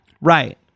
Right